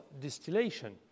distillation